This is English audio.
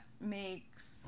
makes